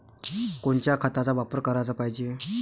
कोनच्या खताचा वापर कराच पायजे?